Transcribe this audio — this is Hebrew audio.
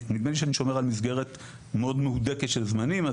ונדמה לי שאני שומר על מסגרת מאוד מהודקת של זמנים.